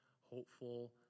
hopeful